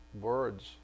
words